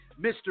Mr